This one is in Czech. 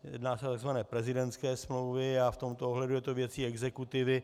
Jedná se o tzv. prezidentské smlouvy a v tomto ohledu je to věcí exekutivy.